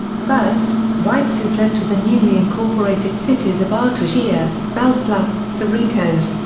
first, whites who fled to the newly incorporated cities of artesia, bellflower, cerritos,